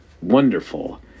wonderful